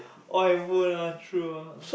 all handphone ah true ah